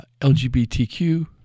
LGBTQ